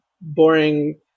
boring